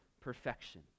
perfection